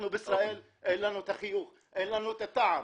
בישראל אין לנו את החיוך, אין לנו את הטעם.